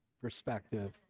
perspective